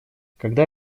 когда